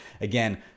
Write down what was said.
again